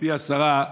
גברתי השרה,